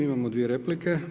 Imamo dvije replike.